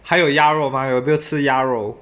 还有鸭肉吗有没有吃鸭肉